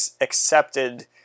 accepted